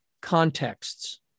contexts